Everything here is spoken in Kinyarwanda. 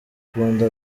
akunda